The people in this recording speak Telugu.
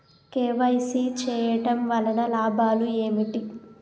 కే.వై.సీ చేయటం వలన లాభాలు ఏమిటి?